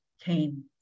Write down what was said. came